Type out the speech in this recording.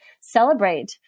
celebrate